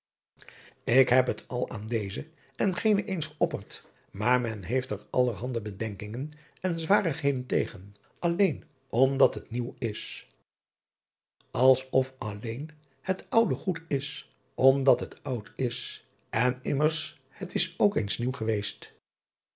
k heb het al aan dezen en genen eens geopperd maar men heeft er aller driaan oosjes zn et leven van illegonda uisman hande bedenkingen en zwarigheden tegen alleen omdat het nieuw is als of alleen het oude goed is omdat het oud is en immers het is ook eens nieuw geweest